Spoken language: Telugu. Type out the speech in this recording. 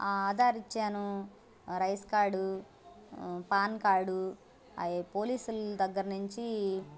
ఆధార్ ఇచ్చాను రైస్ కార్డు పాన్ కార్డు అవి పోలీసులు దగ్గర నుంచి